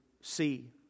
see